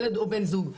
ילד או בן זוג.